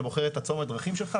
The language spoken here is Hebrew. אתה בוחר את הצומת דרכים שלך,